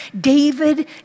David